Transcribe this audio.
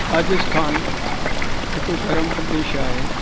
राजस्थान हिकु गर्मु प्रदेश आहे